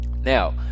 Now